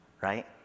right